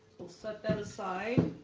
we'll set that aside